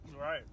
Right